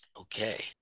okay